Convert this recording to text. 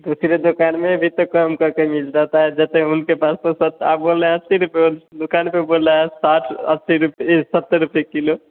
दूसरे दुकान में भी तो कम करके मिल जाता है जैसे उनके पास तो सत आप बोल रहे हैं अस्सी रुपए और उस दुकान पर बोल रहा है साठ अस्सी रुपये ये सत्तर रुपये किलो